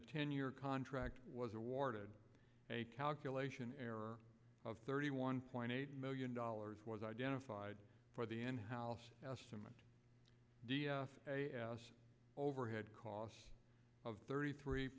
the ten year contract was awarded a calculation error of thirty one point eight million dollars was identified for the in house estimate overhead cost of thirty three